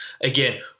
Again